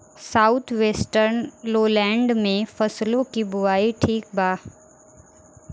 South western lowland में फसलों की बुवाई ठीक बा?